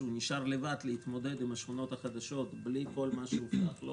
כשהוא נשאר לבד להתמודד עם השכונות החדשות בלי כל מה שהובטח לו,